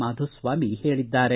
ಮಾಧುಸ್ವಾಮಿ ಹೇಳಿದ್ದಾರೆ